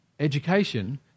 Education